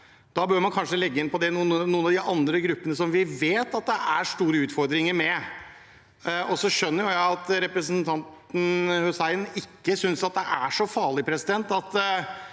Det bør man kanskje sette inn det for noen av de andre gruppene hvor vi vet at det er store utfordringer. Så skjønner jeg at representanten Hussein ikke synes det er så farlig at de